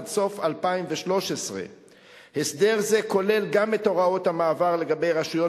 עד סוף שנת 2013. הסדר זה כולל גם את הוראות המעבר לגבי רשויות